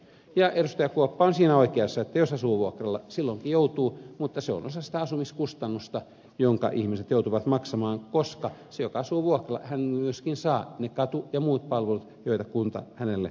kuoppa on siinä oikeassa että jos asuu vuokralla niin silloinkin joutuu maksamaan mutta se on osa sitä asumiskustannusta jonka ihmiset joutuvat maksamaan koska se joka asuu vuokralla myöskin saa ne katu ja muut palvelut joita kunta hänelle antaa